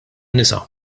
nisa